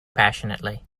passionately